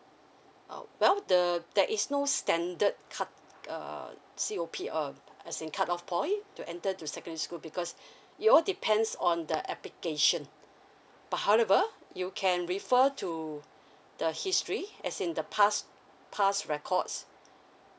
uh well the there is no standard cut uh C_O_P uh as in cut off point to enter to secondary school because you all depends on the application but however you can refer to the history as in the past past records